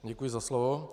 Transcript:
Děkuji za slovo.